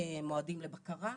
מועדים לבקרה.